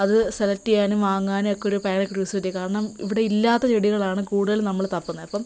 അത് സെലക്റ്റെയ്യാനും വാങ്ങാനും ഒക്കെ ഒരു ഭയങ്കര ക്യൂരിയോസിറ്റിയാണ് കാരണം ഇവിടെ ഇല്ലാത്ത ചെടികളാണ് കൂടുതൽ നമ്മള് തപ്പുന്നത് അപ്പം